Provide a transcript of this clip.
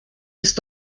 ist